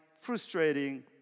frustrating